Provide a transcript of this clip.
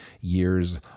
years